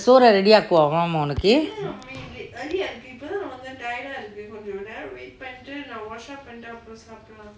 சோற:soore ready ah ஆகவா:aakava mah உனக்கு:unakku